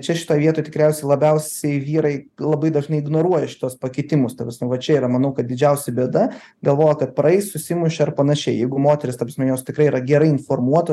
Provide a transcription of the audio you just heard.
čia šitoj vietoj tikriausiai labiausiai vyrai labai dažnai ignoruoja šituos pakitimus ta prasme va čia yra manau kad didžiausia bėda galvoja kad praeis susimušė ar panašiai jeigu moterys ta prasme jos tikrai yra gerai informuotos